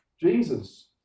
jesus